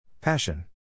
Passion